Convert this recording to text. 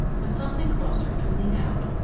when something caused her to lean out,